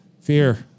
Fear